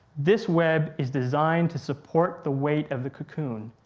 this web is designed to support the weight of the cocoon.